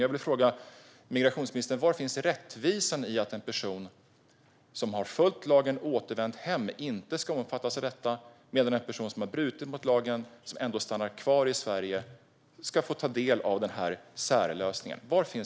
Jag vill fråga migrationsministern: Var finns rättvisan i att en person som har följt lagen och återvänt hem inte ska omfattas av detta, medan en person som har brutit mot lagen och ändå stannar kvar i Sverige ska få ta del av den här särlösningen?